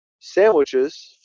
sandwiches